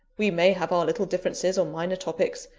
we may have our little differences on minor topics,